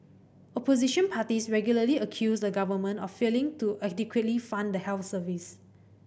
opposition parties regularly accuse the government of failing to adequately fund the health service